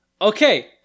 okay